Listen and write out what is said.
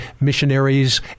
missionaries